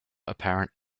apparent